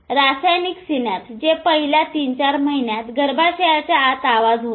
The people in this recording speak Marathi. रासायनिक सिनॅप्स जे पहिल्या 3 4 महिन्यात गर्भाशयाच्या आत आवाज होतो